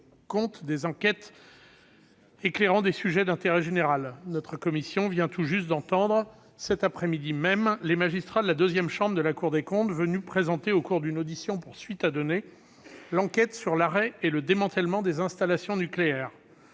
des enquêtes éclairant des sujets d'intérêt général. Elle vient tout juste d'entendre, cet après-midi même, les magistrats de la deuxième chambre de la Cour, venus présenter, au cours d'une audition pour suite à donner, l'enquête sur l'arrêt et le démantèlement des installations nucléaires.